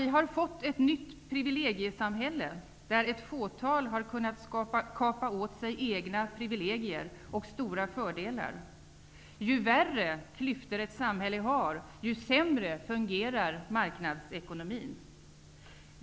Vi har fått ett nytt privilegiesamhälle, där ett fåtal har kunnat kapa åt sig egna privilegier och stora fördelar. Ju värre klyftor ett samhälle har, desto sämre fungerar marknadsekonomin.